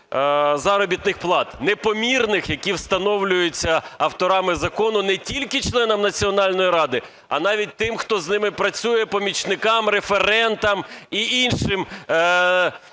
непомірних, які встановлюються авторами закону не тільки членам Національної ради, а навіть тим, хто з ними працює, – помічникам, референтам і іншим